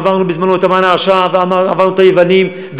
עברנו בזמנו את המן הרשע ועברנו את היוונים,